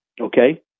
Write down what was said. okay